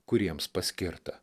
kuriems paskirta